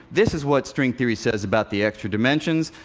this is what string theory says about the extra dimensions.